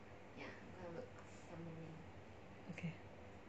okay